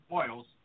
oils